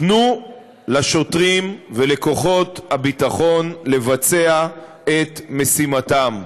תנו לשוטרים ולכוחות הביטחון לבצע את משימתם.